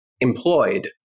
employed